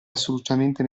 assolutamente